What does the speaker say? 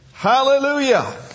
Hallelujah